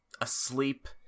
asleep